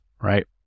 right